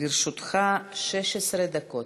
לרשותך 16 דקות.